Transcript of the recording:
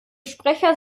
sprecher